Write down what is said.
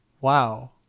wow